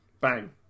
bang